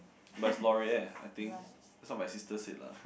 but is Loreal I think that's what my sister say lah